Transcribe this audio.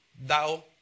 thou